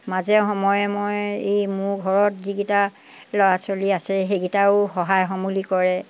মাজে সময়ে মই এই মোৰ ঘৰত যিকেইটা ল'ৰা ছোৱালী আছে সেইকেইটাইয়ো সহায় সমূলি কৰে